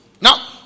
Now